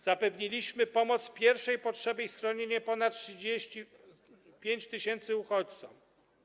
Zapewniliśmy pomoc pierwszej potrzeby i schronienie ponad 35 tys. uchodźców.